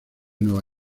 nueva